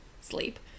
Sleep